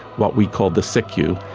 what we call the sicu,